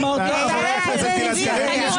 ההסתייגויות.